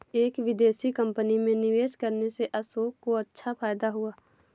एक विदेशी कंपनी में निवेश करने से अशोक को अच्छा फायदा हुआ